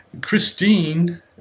Christine